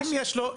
אז אם יש לו,